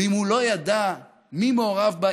ואם הוא לא ידע מי מעורב בה,